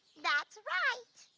that's right.